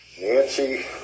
Nancy